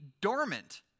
dormant